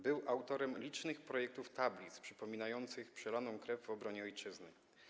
Był autorem licznych projektów tablic przypominających przelaną krew w obronie ojczyzny.